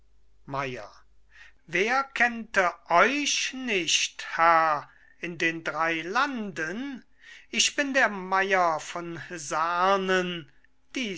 wer kennt euch nicht herr in den drei landen ich bin der mei'r von